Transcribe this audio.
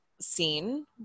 scene